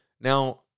now